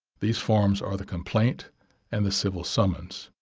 these forms are the complaint and the civil summons.